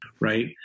right